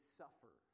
suffer